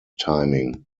timing